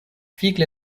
vigle